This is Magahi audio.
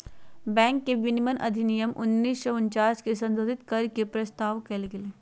बैंक विनियमन अधिनियम उन्नीस सौ उनचास के संशोधित कर के के प्रस्ताव कइल गेलय